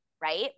Right